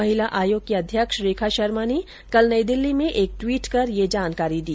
महिला आयोग की अध्यक्ष रेखा शर्मा ने कल दिल्ली में एक ट्वीट कर यह जानकारी दी